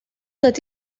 that